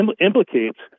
implicates